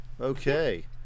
okay